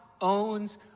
owns